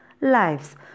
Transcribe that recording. lives